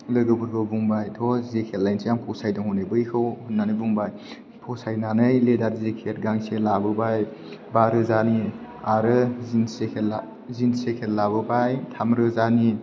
लोगोफोरखौ बुंबाय थौ जेकेट लायनोसै आं फसायदों हनै बैखौ होननानै बुंबाय फसायनानै लेडार जेकेट गांसे लाबोबाय बा रोजानि आरो जिन्स जेकेट लाबोबाय थाम रोजानि